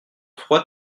froid